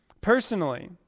personally